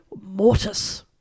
mortis